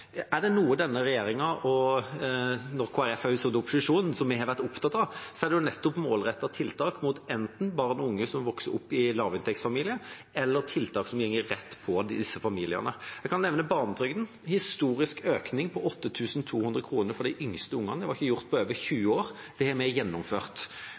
Er det noe denne regjeringa og Kristelig Folkeparti har vært opptatt av, også da Kristelig Folkeparti satt i opposisjon, er det nettopp målrettede tiltak mot enten barn og unge som vokser opp i lavinntektsfamilier, eller tiltak som går rett på disse familiene. Jeg kan nevne barnetrygden, med en historisk økning på 8 200 kr for de yngste ungene. Det var ikke gjort på over